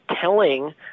telling